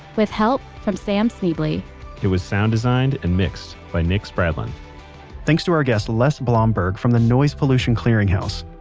with help from sam schneble. it was sound designed and mixed by nick spradlin thanks to our guest les blomberg from the noise pollution clearinghouse.